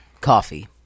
Coffee